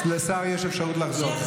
לשר יש אפשרות לחזור.